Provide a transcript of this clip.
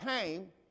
came